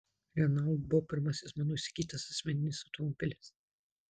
renault buvo pirmasis mano įsigytas asmeninis automobilis